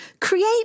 Create